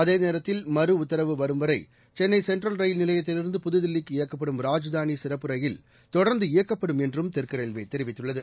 அதேநேரத்தில் மறுஉத்தரவு வரும்வரை சென்ளை சென்ட்ரல் ரயில் நிலையத்திலிருந்து புதுதில்லிக்கு இயக்கப்படும் ராஜ்தாளி சிறப்பு ரயில் தொடர்ந்து இயக்கப்படும் என்றும் தெற்கு ரயில்வே தெரிவித்துள்ளது